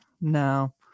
no